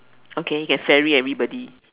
okay can ferry everybody